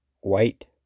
white